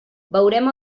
veurem